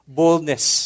boldness